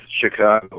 Chicago